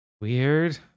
Weird